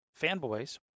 fanboys